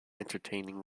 entertaining